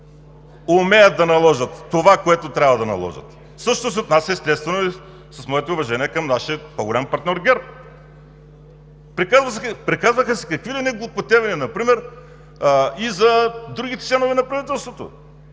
Умеят да наложат това, което трябва да наложат! Същото се отнася, естествено, и с моите уважения към нашия по-голям партньор ГЕРБ. Приказваха се какви ли не глупотевини, например и за другите членове на правителството.